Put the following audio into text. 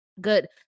good